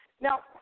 Now –